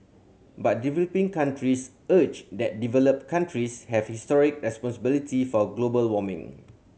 but developing countries argue that developed countries have historic responsibility for global warming